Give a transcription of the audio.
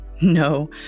No